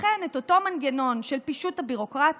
לכן את אותו מנגנון של פישוט הביורוקרטיה